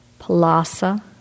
palasa